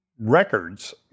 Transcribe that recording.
records